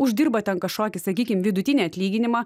uždirba ten kažkokį sakykim vidutinį atlyginimą